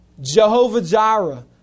Jehovah-Jireh